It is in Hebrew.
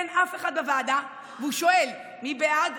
אין אף אחד בוועדה, והוא שואל: מי בעד?